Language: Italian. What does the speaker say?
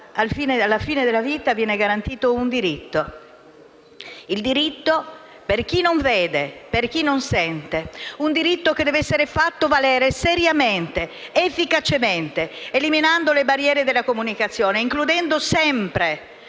alla fine della vita, viene garantito un diritto per chi non vede e non sente, che deve essere fatto valere seriamente ed efficacemente, eliminando le barriere della comunicazione e includendo sempre,